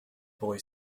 boy